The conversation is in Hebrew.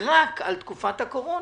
רק על תקופת הקורונה.